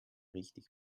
richtig